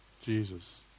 Jesus